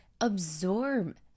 absorb